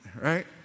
right